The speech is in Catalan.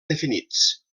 definits